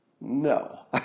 No